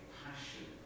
passion